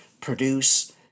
produce